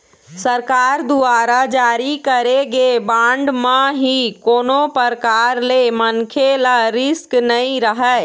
सरकार दुवारा जारी करे गे बांड म ही कोनो परकार ले मनखे ल रिस्क नइ रहय